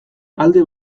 alde